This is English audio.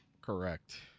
Correct